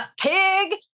Pig